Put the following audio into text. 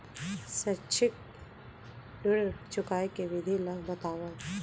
शैक्षिक ऋण चुकाए के विधि ला बतावव